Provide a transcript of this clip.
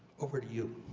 over to you.